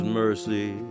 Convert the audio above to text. mercy